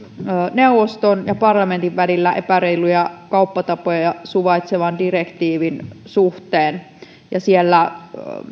neuvoston ja parlamentin välillä epäreiluja kauppatapoja suvaitsevan direktiivin suhteen ja siellä